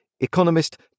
economist